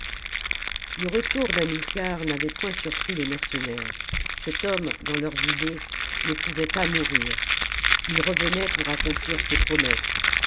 le retour d'hamilcar n'avait point surpris les mercenaires cet homme dans leurs idées ne pouvait pas mourir ii revenait pour accomplir ses promesses